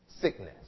sickness